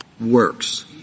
works